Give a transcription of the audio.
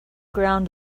ground